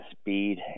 speed